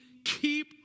Keep